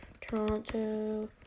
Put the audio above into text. Toronto